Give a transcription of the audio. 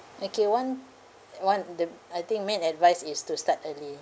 okay one one the I think main advice is to start early